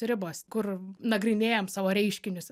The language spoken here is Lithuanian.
ribos kur nagrinėjam savo reiškinius